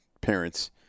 parents